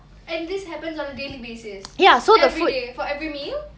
and this happens on a daily basis every day for every meal